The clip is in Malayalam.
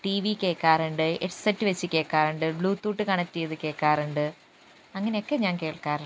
ടി വിയിൽ കേൾക്കാറുണ്ട് ഹെഡ്സെറ്റ് വച്ച് കേൾക്കാറുണ്ട് ബ്ലൂടൂത്ത് കണക്ട് ചെയ്ത് കേൾക്കാറുണ്ട് അങ്ങനെയൊക്കെ ഞാൻ കേൾക്കാറുണ്ട്